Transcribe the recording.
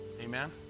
amen